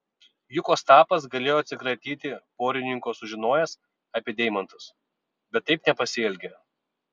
juk ostapas galėjo atsikratyti porininko sužinojęs apie deimantus bet taip nepasielgė